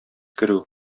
керү